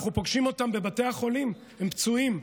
אנחנו פוגשים אותם בבתי החולים, הם פצועים.